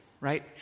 right